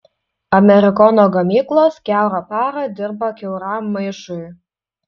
amerikono gamyklos kiaurą parą dirba kiauram maišui